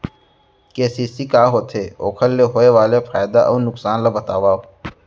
KCC का होथे, ओखर ले होय वाले फायदा अऊ नुकसान ला बतावव?